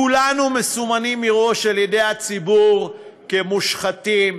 כולנו מסומנים מראש על-ידי הציבור כמושחתים,